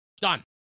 Done